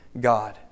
God